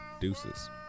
Deuces